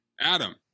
Adam